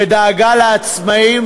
ודאגה לעצמאים,